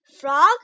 Frog